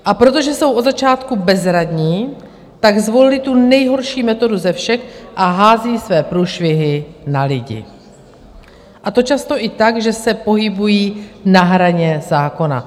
A protože jsou od začátku bezradní, tak zvolili tu nejhorší metodu ze všech a házejí své průšvihy na lidi, a to často i tak, že se pohybují na hraně zákona.